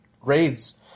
grades